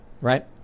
Right